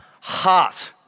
heart